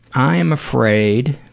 i'm afraid